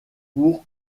pour